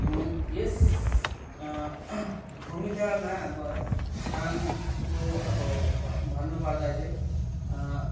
यस भूमिकामा अब है कामको अब भन्नुपर्दा चाहिँ